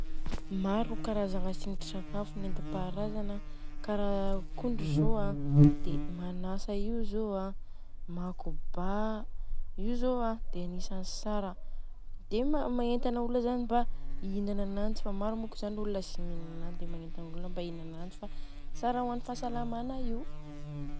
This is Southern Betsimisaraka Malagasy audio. Maro karazagna tsindrintsakafo nentimpaharazagna, kara ankondro zô dia manasa io zô a, makoba. Io zô a dia agnisany tsara. Dia magnetagna olona zany mba ihinana ananjy fa maro moko zany olona tsy mihinana ananjy dia manentana olona mba ihinana ananjy fa tsara ho an'ny fahasalamana io.